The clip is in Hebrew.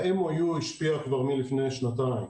ה-MOU השפיע כבר לפני שנתיים.